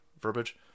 Verbiage